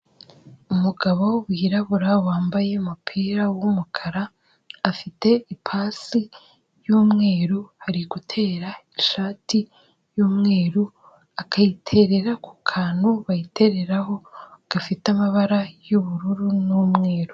Umugabo wirabura wambaye umupira w'umukara. Afite ipasi y'umweru arigutera ishati y'umweru akayiterera ku kantu bayitereraho gafite amabara y'ubururu n'umweru.